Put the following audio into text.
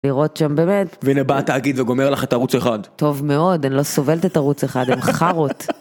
לראות שם באמת. והנה בא התאגיד וגומר לך את ערוץ אחד. טוב מאוד, אני לא סובלת את ערוץ אחד, הם חארות.